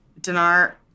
Dinar